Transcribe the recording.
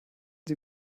sie